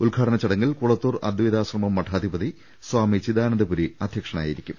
ഉദ്ഘാടന ചടങ്ങിൽ കുളത്തൂർ അദ്വൈതാ ശ്രമം മഠാധിപതി സ്വാമി ചിദാനന്ദപുരി അധ്യക്ഷനായിരിക്കും